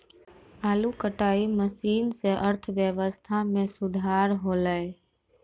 आलू कटाई मसीन सें अर्थव्यवस्था म सुधार हौलय